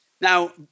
Now